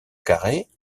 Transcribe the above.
carrée